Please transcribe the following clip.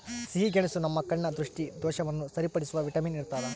ಸಿಹಿಗೆಣಸು ನಮ್ಮ ಕಣ್ಣ ದೃಷ್ಟಿದೋಷವನ್ನು ಸರಿಪಡಿಸುವ ವಿಟಮಿನ್ ಇರ್ತಾದ